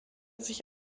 sich